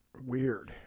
Weird